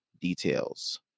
details